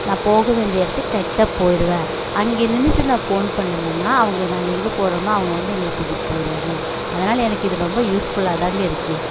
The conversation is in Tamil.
நான் போக வேண்டிய இடத்துக்கு கரெக்ட்டாக போயிடுவேன் அங்கே நின்னுட்டு நான் ஃபோன் பண்ணுனேன்னா அவங்க நாங்கள் எங்கே போகிறோமோ அவங்க வந்து எங்களை கூட்டிட்டு போயிடுவாங்க அதனால் எனக்கு இது ரொம்ப யூஸ்ஃபுல்லாக தான்ங்க இருக்குது